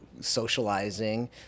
socializing